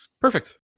Perfect